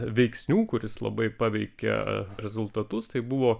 veiksnių kuris labai paveikia rezultatus tai buvo